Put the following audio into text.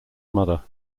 mother